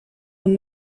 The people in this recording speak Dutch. een